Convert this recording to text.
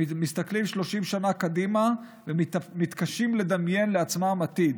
הם מסתכלים 30 שנה קדימה ומתקשים לדמיין לעצמם עתיד.